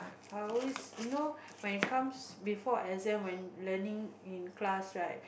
I always you know when it comes before exam when learning in class right